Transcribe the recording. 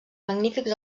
magnífics